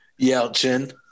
Yelchin